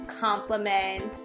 compliments